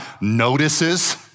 notices